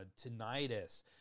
tinnitus